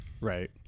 Right